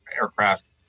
aircraft